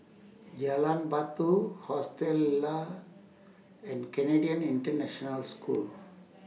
Jalan Batu Hostel Lah and Canadian International School